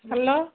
hello